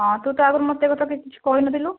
ହଁ ତୁ ତ ଆଗରୁ ମୋତେ କିଛି କହିନଥିଲୁ